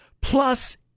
plus